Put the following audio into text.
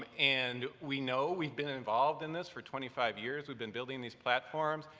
and we know we've been involved in this for twenty five years, we've been building these platforms,